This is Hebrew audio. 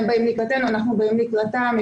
הם באים לקראתנו אנחנו באים לקראתם,